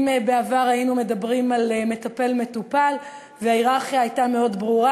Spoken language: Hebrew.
אם בעבר היינו מדברים על מטפל מטופל וההייררכיה הייתה מאוד ברורה,